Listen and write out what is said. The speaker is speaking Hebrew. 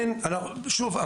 שוב,